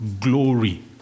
glory